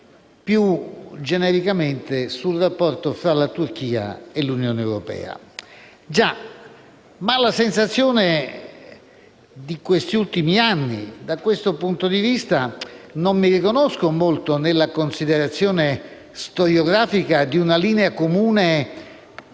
più genericamente, sul rapporto fra la Turchia e l'Unione europea. Già, ma in base alla sensazione di questi ultimi anni, da questo punto di vista, non mi riconosco molto nella considerazione storiografica di una linea comune